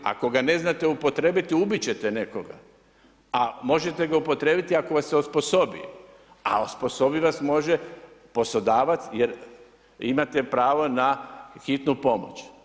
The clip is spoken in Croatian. Ako ga ne znate upotrijebiti ubit ćete nekoga, a možete ga upotrijebiti ako vas se osposobi, a osposobit vas može poslodavac jer imate pravo na hitnu pomoć.